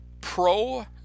pro